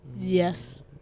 Yes